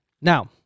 Now